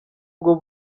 ubwo